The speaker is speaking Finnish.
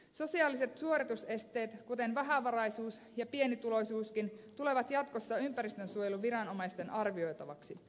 sosiaaliset suoritusesteet kuten vähävaraisuus ja pienituloisuuskin tulevat jatkossa ympäristönsuojeluviranomaisten arvioitavaksi